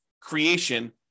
creation